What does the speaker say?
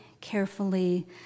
carefully